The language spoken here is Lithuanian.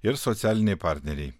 ir socialiniai partneriai